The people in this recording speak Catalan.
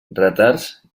retards